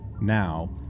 Now